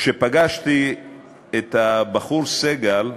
כשפגשתי את הבחור, סגל,